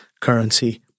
currency